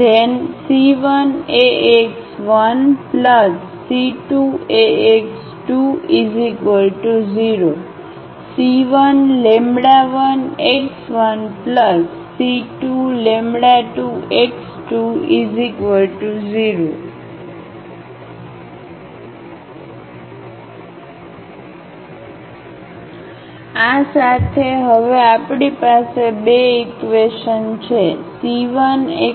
Then c1Ax1c2Ax20 c11x1c22x20 આ સાથે હવે આપણી પાસે આ બે ઈક્વેશન છે c1x1c2x20